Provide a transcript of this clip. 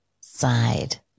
side